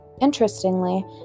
Interestingly